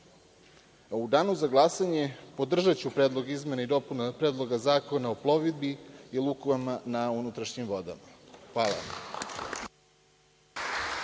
danu za glasanje podržaću Predlog izmena i dopuna predloga Zakona o plovidbi i lukama na unutrašnjim vodama. Hvala.